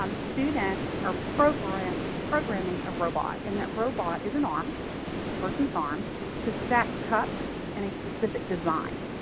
um students are programming programming a robot and that robot is an arm a person's arm to stack cups in a specific design.